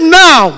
now